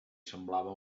semblava